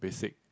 basic